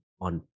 on